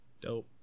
Dope